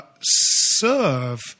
serve